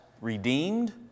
redeemed